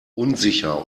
unsicher